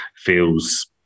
Feels